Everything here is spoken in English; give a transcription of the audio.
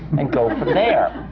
and go from there?